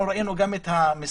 אנחנו ראינו גם את המספרים